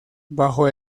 bajo